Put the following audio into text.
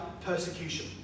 persecution